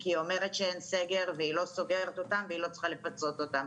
כי חלק מהמדינות מתייחסות לאינדיקציות שונות לדיגום.